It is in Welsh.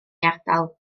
ardal